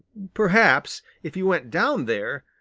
perhaps if he went down there,